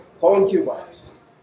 concubines